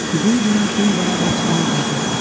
दुई गुणा तिन बराबर छ हुँदछ